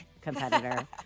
Competitor